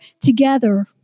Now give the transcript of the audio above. together